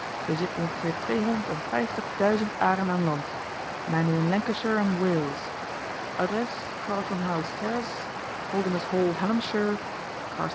ongeveer tweehonderd en vijftig duizend aren aan land mijnen in lancashire en wales adres carlton house terrace holdernesse hall